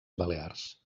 balears